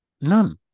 None